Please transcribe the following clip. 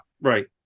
right